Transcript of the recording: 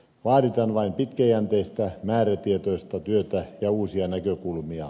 vaaditaan vain pitkäjänteistä määrätietoista työtä ja uusia näkökulmia